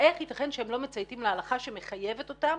איך ייתכן שהם לא מצייתים להלכה שמחייבת אותם